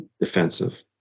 defensive